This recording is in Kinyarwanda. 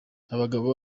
abagabo